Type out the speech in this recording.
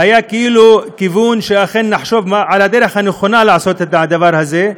והיה כאילו כיוון לחשוב מה הדרך הנכונה לעשות את הדבר הזה,